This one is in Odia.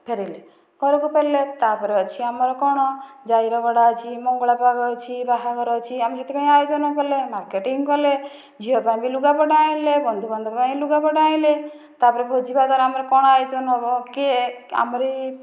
ଫେରିଲେ ଘରକୁ ଫେରିଲେ ଗଲେ ତା'ପରେ ଅଛି ଆମର କ'ଣ ଯାଇ ରଗଡ଼ା ଅଛି ମଙ୍ଗଳ ପାଗ ଅଛି ଆମେ ଯେତିକି ଆୟୋଜନ କଲେ ମାର୍କେଟିଂ କଲେ ଝିଅ ପାଇଁ ବି ଲୁଗାପଟା ଆଣିଲେ ବନ୍ଧୁବାନ୍ଧବ ପାଇଁ ଲୁଗା ପଟା ଆଣିଲେ ତା'ପରେ ଭୋଜି ଭାତରେ ଆମର କ'ଣ ଆୟୋଜନ ହେବ କିଏ ଆମରି